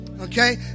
Okay